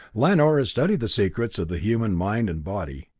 lanor has studied the secrets of the human mind and body.